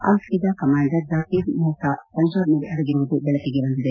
ಅಲ್ಬೈದಾ commander Zakir Musa ಪಂಜಾಬ್ನಲ್ಲಿ ಅಡಗಿರುವುದು ಬೆಳಕಿಗೆ ಬಂದಿದೆ